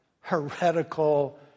heretical